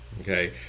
Okay